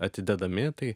atidedami tai